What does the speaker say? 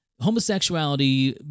homosexuality